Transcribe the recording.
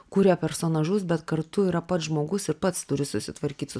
kuria personažus bet kartu yra pats žmogus ir pats turi susitvarkyt su